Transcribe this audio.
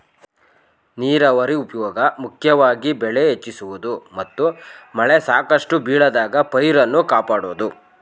ನೀರಾವರಿ ಉಪ್ಯೋಗ ಮುಖ್ಯವಾಗಿ ಬೆಳೆ ಹೆಚ್ಚಿಸುವುದು ಮತ್ತು ಮಳೆ ಸಾಕಷ್ಟು ಬೀಳದಾಗ ಪೈರನ್ನು ಕಾಪಾಡೋದು